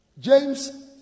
James